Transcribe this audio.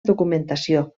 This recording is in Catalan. documentació